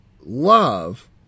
love